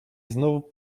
znowu